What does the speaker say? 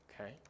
Okay